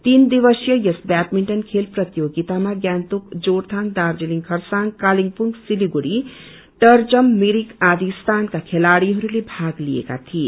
तीन दविसीय यस व्याटमिण्टन खेल प्रतियोगिता गन्तोक जोरथङ दार्जीलिङ खरसाङ क्रतेवुङ सिलगढ़ी टर्जम मिरक आदि स्थनका खेलाड़ीहरूले भाग लिएका थिए